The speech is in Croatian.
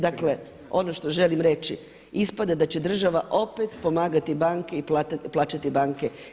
Dakle ono što želim reći, ispada da će država opet pomagati banke i plaćati banke.